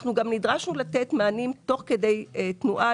אנחנו גם נדרשנו לתת מענים תוך כדי תנועה